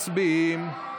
מצביעים.